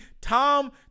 Tom